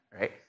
right